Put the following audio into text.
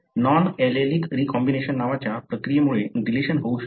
non allelic recombination नावाच्या प्रक्रियेमुळे deletion होऊ शकते